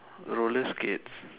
roller skates